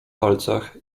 palcach